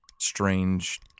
strange